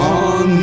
on